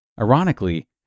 Ironically